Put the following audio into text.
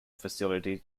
facility